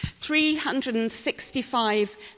365